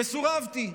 וסורבתי.